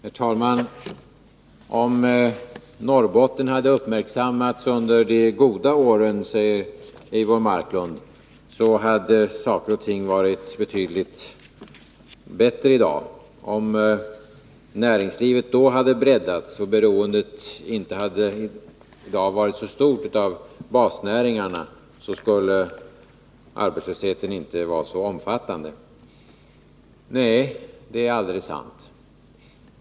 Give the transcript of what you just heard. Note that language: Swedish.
Herr talman! Om Norrbotten hade uppmärksammats under de goda åren, säger Eivor Marklund, hade saker och ting varit betydligt bättre i dag. Om näringslivet då hade breddats och beroendet av basnäringarna inte hade varit så stort i dag, så skulle arbetslösheten inte vara så omfattande. Nej, det är alldeles sant.